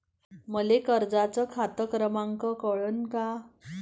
मले कर्जाचा खात क्रमांक कळन का?